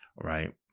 right